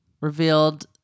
revealed